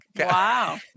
Wow